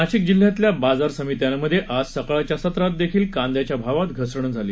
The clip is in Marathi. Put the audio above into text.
नाशिक जिल्ह्यातल्या बाजार समित्यांमध्ये आज सकाळच्या सत्रात देखील कांद्याच्या भावात घसरण झाली